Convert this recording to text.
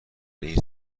این